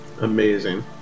Amazing